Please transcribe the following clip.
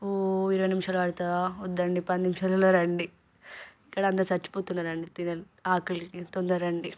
ఓ ఇరవై నిముషాలు పడుతుందా వద్దండి పది నిమిషాలలో రండి ఇక్కడ అంత చచ్చిపోతున్నారు అండి తినాలి ఆకలికి తొందరగా రండి